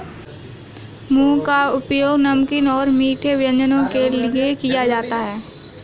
मूंग का उपयोग नमकीन और मीठे व्यंजनों में किया जाता है